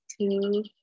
two